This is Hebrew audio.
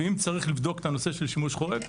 ואם צריך לבדוק את הנושא של שימוש חורג,